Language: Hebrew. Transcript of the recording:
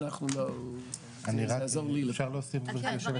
זה יעזור לי לפחות.